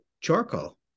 charcoal